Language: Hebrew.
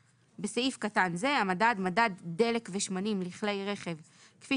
בסעיף קטן זה "המדד" מדד דלק ושמנים לכלי רכב כפי